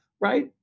right